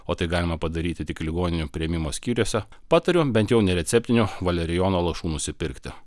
o tai galima padaryti tik ligoninių priėmimo skyriuose patariu bent jau nereceptinio valerijono lašų nusipirkti